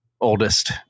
oldest